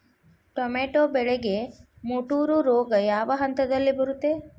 Tomato ಬೆಳೆಗೆ ಮುಟೂರು ರೋಗ ಯಾವ ಹಂತದಲ್ಲಿ ಬರುತ್ತೆ?